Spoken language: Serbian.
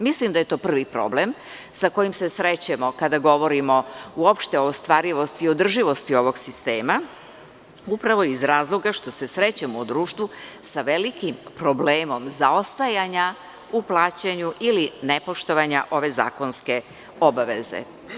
Mislim da je to prvi problem sa kojim se srećemo kada govorimo uopšte o ostvarivosti i održivosti ovog sistema, upravo iz razloga što se srećemo u društvu sa velikim problemom zaostajanja u plaćanju ili nepoštovanja ove zakonske obaveze.